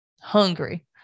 hungry